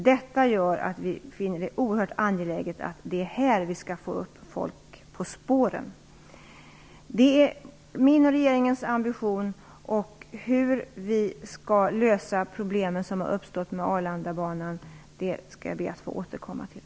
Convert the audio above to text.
Detta gör att vi finner det oerhört angeläget att vi här får upp folk på spåren. Detta är min och regeringens ambition. Hur vi skall lösa problemen som uppstått med Arlandabanan skall jag be att få återkomma till.